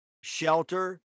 shelter